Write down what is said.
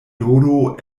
dodo